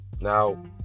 now